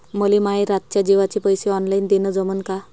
मले माये रातच्या जेवाचे पैसे ऑनलाईन देणं जमन का?